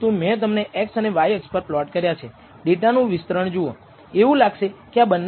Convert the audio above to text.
તેથી તમે confidence intervals બનાવી શકો છો